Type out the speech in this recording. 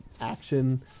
action